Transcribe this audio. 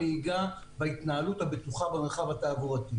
תאריך והתלמיד יודע שהוא צריך להתכונן לתאריך זה,